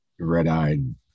red-eyed